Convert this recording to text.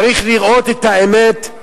צריך לראות את האמת,